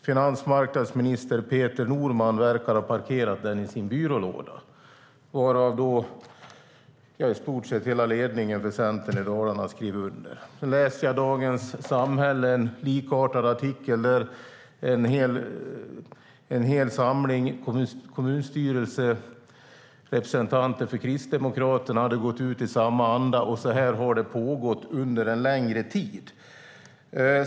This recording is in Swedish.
Finansmarkandsminister Peter Norman verkar ha parkerat den i sin byrålåda. Artikeln har i stort sett hela ledningen för Centern i Dalarna skrivit under. I Dagens Samhälle läser jag en likartad artikel. En hel samling kommunstyrelserepresentanter för Kristdemokraterna har gått ut i samma anda. Och så här har det pågått under en längre tid.